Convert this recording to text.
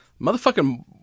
Motherfucking